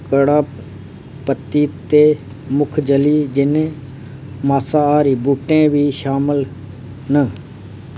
घड़ापत्ती ते मुखजली जनेह् मासाहारी बूह्टे बी शामल न